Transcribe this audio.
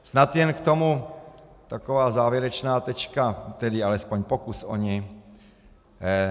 Snad jen k tomu taková závěrečná tečka, tedy alespoň pokus o ni.